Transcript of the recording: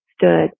stood